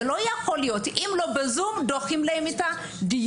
זה לא יכול להיות, אם לא בזום דוחים להם את הדיון.